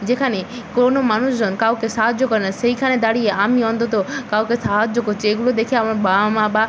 যেখানে কোনো মানুষজন কাউকে সাহায্য করে না সেইখানে দাঁড়িয়ে আমি অন্তত কাউকে সাহায্য করছি এগুলো দেখে আমার বাবা মা বা